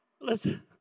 Listen